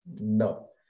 No